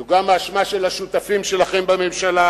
זו גם האשמה של השותפים שלכם בממשלה,